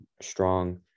strong